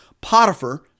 Potiphar